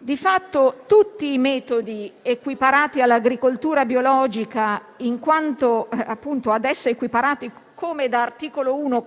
Di fatto, tutti i metodi equiparati all'agricoltura biologica, in quanto a essa equiparati, come da articolo 1,